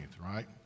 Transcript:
right